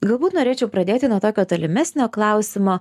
galbūt norėčiau pradėti nuo tokio tolimesnio klausimo